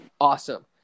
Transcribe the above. awesome